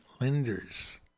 lenders